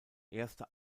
erste